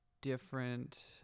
different